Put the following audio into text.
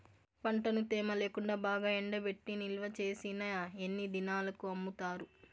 పంటను తేమ లేకుండా బాగా ఎండబెట్టి నిల్వచేసిన ఎన్ని దినాలకు అమ్ముతారు?